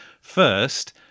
First